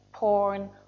Porn